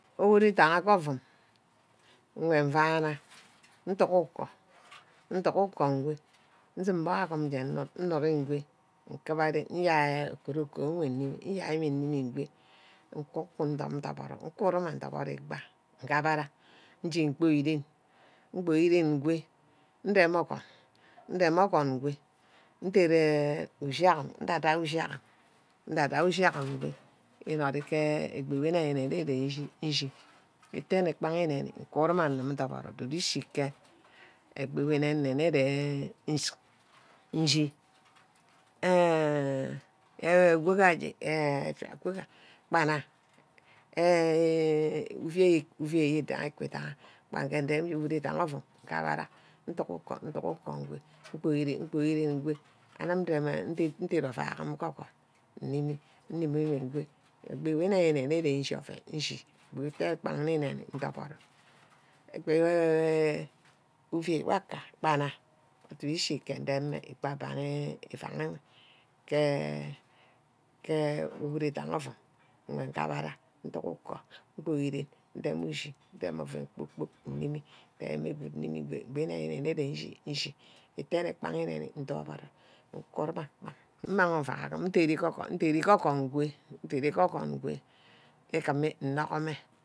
Ugu dagha ke ovum. uwen vana. nduck ukoh. nduck ukoh ngo. nsump borho agim nje nnud. nnude ngwe nkuba ren nyaí okuroko nnime. nyai mme nnime ngo nkuku ngup doboro. nkwo amen ngupe doboro igwaha. nguhara íje mpoí ren ngwe. ndem ogwon. ndem ogwon ngo ndere ushi am. ndiadia ushinagam. ndia-dia ushi-agam ugo. ínorrí ke egbi wí ínemine ge ínchi. nchi ítene kpa ní není. nkuram nkum doboro du-du Êchí ke eghi we' ínene nne je nci. enh enh wogaj́e enh affia ku gam gba nne enh uvia uvia ídangha uku dagaha bangge ndeme enh. îgu dangha nduck ukoh. nduck ukoh go. mbío ren. mbío ren ngo anem ndem ndere ovack em ke orwan oven nchi nnime go, ebgi we nene nne nchi oven nchi itte kpa ni neni ndoboro. egbi wor uvai waka gban na, du-du echi ke demme îvang hoe ke-ke îgudaha ke ouum nne gubara nduck ukoh. mboi ren. ndeme uchi. ndem oven kpor-kpork nnime. ndeme oven nnime ngo. egbi îne-nineh den închi. nchi. ítene kpa ni neni ndoboro nku nna kpa. mmang ovack anim íderi ígorho. nderi ígorho wey îgíme Nnorhomey